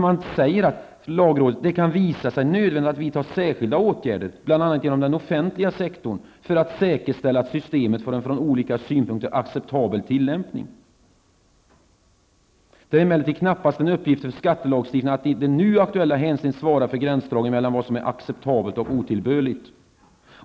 Lagrådet skriver: ''Det kan visa sig nödvändigt att vidta särskilda åtgärder, bl.a. inom den offentliga sektorn, för att säkerställa att systemet får en från olika synpunkter acceptabel tillämpning. Det är emellertid knappast en uppgift för skattelagstiftningen att i det nu aktuella hänseendet svara för gränsdragningen mellan vad som är acceptabelt och otillbörligt.